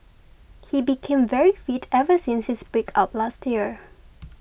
he became very fit ever since his breakup last year